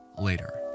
later